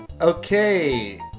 Okay